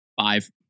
five